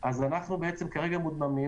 אנחנו מודממים.